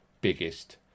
biggest